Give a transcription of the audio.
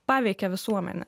paveikė visuomenę